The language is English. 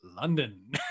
london